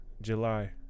July